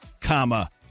comma